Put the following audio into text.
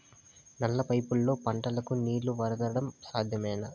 నల్ల పైపుల్లో పంటలకు నీళ్లు వదలడం సాధ్యమేనా?